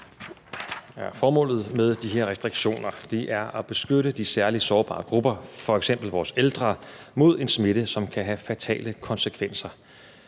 Formålet med de her restriktioner er at beskytte de særlig sårbare grupper, f.eks. vores ældre, mod en smitte, som kan have fatale konsekvenser.